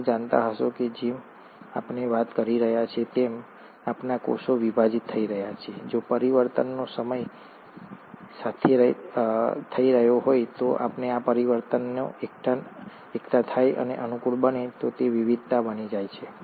તમે જાણતા હશો કે જેમ આપણે વાત કરી રહ્યા છીએ અને જેમ આપણા કોષો વિભાજિત થઈ રહ્યા છે જો પરિવર્તનો સમય સાથે થઈ રહ્યા છે અને જો આ પરિવર્તનો એકઠા થાય અને અનુકૂળ બને તો તે વિવિધતા બની જાય છે